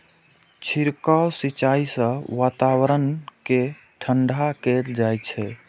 छिड़काव सिंचाइ सं वातावरण कें ठंढा कैल जाइ छै